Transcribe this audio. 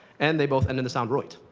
and they both end in the sound, roit.